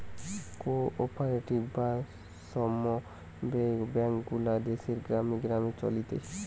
co operative বা সমব্যায় bank গুলা দেশের গ্রামে গ্রামে চলতিছে